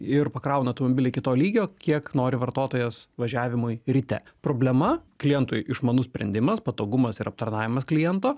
ir pakrauna automobilį iki to lygio kiek nori vartotojas važiavimui ryte problema klientui išmanus sprendimas patogumas ir aptarnavimas kliento